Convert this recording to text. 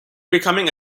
becoming